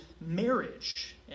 marriage